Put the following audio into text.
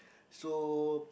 so